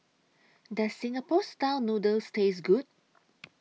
Does Singapore Style Noodles Taste Good